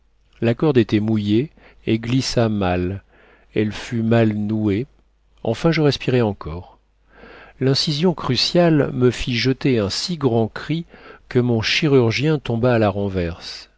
la corde était mouillée et glissa mal elle fut mal nouée enfin je respirais encore l'incision cruciale me fit jeter un si grand cri que mon chirurgien tomba à la renverse